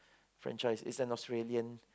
franchise it's an Australian